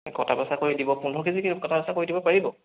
কটা বচা কৰি দিব পোন্ধৰ কেজি কটা বচা কৰি দিব পাৰিব